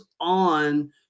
on